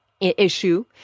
issue